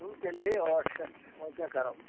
تُل تیٚلہِ گٔے ٲٹھ شَتھ وۄنۍ کیٛاہ کَرو